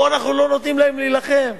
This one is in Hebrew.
פה אנחנו לא נותנים להם להילחם.